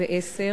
הסתיים.